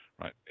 Right